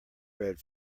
read